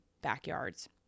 backyards